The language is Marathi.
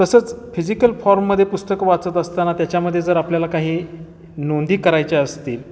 तसंच फिजिकल फॉर्ममध्ये पुस्तक वाचत असताना त्याच्यामध्ये जर आपल्याला काही नोंदी करायच्या असतील